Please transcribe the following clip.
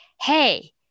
hey